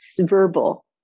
verbal